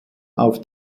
auf